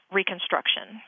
reconstruction